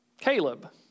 Caleb